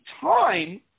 time